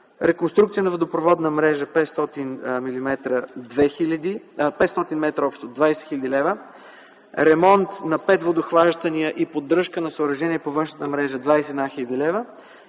реконструкция на водопроводна мрежа, 500 м общо – 20 хил. лв., ремонт на пет водохващания и поддръжка на съоръжения по външната мрежа – 21 хил.